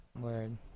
word